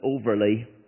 overly